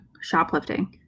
shoplifting